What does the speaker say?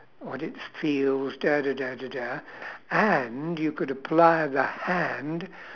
whats it feels and you could apply the hand